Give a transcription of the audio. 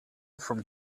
from